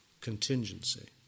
contingency